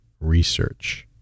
research